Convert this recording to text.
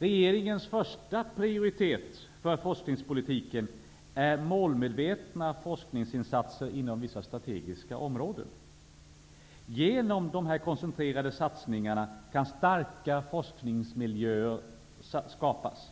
Regeringens första prioritering inom forskningspolitiken är målmedvetna forskningsinsatser inom vissa strategiska områden. Genom koncentrerade satsningar kan starka forskningsmiljöer skapas.